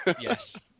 yes